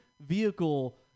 vehicle